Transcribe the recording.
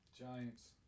Giants